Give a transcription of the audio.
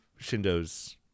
Shindo's